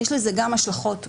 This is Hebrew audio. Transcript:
יש לזה השלכות ומשמעות.